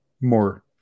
more